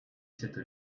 cette